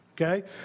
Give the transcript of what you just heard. Okay